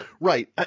Right